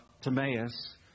Timaeus